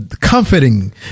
comforting